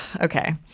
okay